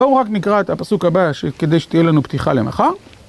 בואו רק נקרא את הפסוק הבא שכדי שתהיה לנו פתיחה למחר.